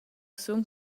sun